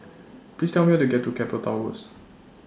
Please Tell Me How to get to Keppel Towers